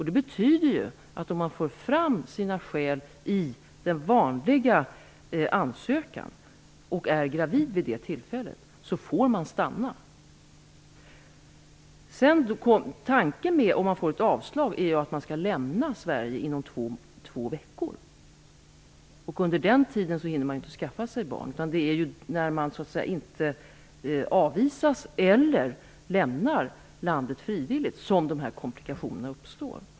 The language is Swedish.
Det betyder att om man för fram sina skäl i den vanliga ansökan, och kvinnan är gravid vid det tillfället, så får man stanna. Om man får ett avslag är tanken att man skall lämna Sverige inom två veckor. Under den tiden hinner man ju inte skaffa sig barn. Det är när man inte avvisas, eller lämnar landet frivilligt, som komplikationer uppstår.